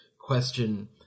question